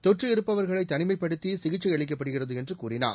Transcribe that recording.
தொற்று இருப்பவர்களை தனிமைப்படுத்தி சிகிச்சை அளிக்கப்படுகிறது என்று கூறினார்